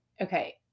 okay